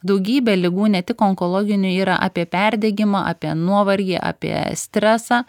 daugybė ligų ne tik onkologinių yra apie perdegimą apie nuovargį apie stresą